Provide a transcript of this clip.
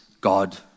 God